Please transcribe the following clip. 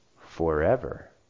forever